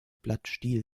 blattstiel